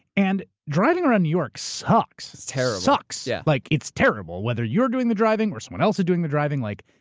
and driving around new york sucks. it's terrible, yeah. sucks. yeah like, it's terrible whether you're doing the driving or someone else is doing the driving, like,